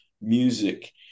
music